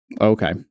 Okay